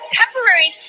temporary